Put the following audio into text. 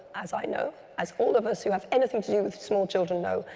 as i know, as all of us who have anything to do with small children know,